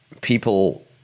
people